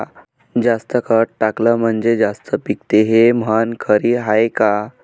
जास्त खत टाकलं म्हनजे जास्त पिकते हे म्हन खरी हाये का?